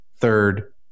third